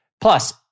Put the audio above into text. Plus